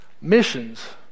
Missions